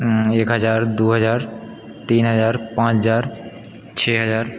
एक हजार दू हजार तीन हजार पाँच हजार छओ हजार